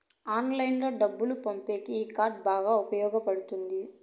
ఆన్లైన్లో డబ్బులు పంపేకి ఈ కార్డ్ బాగా ఉపయోగపడుతుంది